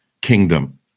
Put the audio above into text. kingdom